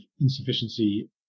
insufficiency